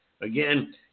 Again